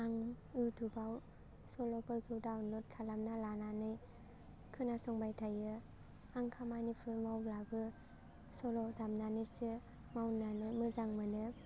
आं इउटुबाव सल'फोरखौ डाउनलड खालामना लानानै खोनासंबाय थायो आं खामानिफोर मावब्लाबो सल' दामनानैसो मावनो मोजां मोनो